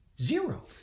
Zero